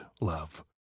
love